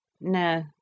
No